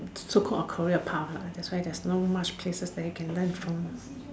so called a career path lah so there's not much place that you can learn from